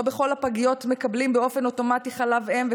לא בכל הפגיות מקבלים באופן אוטומטי חלב אם,